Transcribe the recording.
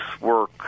work